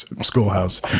schoolhouse